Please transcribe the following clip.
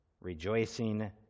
Rejoicing